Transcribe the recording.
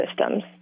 systems